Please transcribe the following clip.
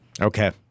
Okay